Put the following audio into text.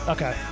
Okay